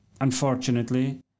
Unfortunately